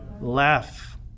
Laugh